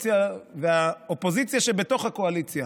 והאופוזיציה שבתוך הקואליציה,